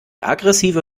aggressive